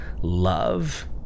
love